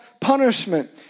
punishment